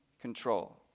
control